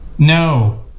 No